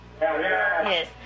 Yes